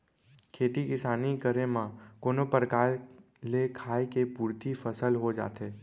खेती किसानी करे म कोनो परकार ले खाय के पुरती फसल हो जाथे